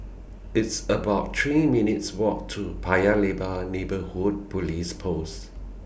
It's about three minutes' Walk to Paya Lebar Neighbourhood Police Post